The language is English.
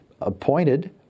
appointed